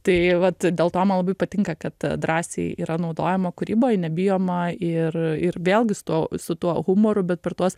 tai vat dėl to man labai patinka kad drąsiai yra naudojama kūryboj nebijoma ir ir vėlgi su tuo su tuo humoru bet per tuos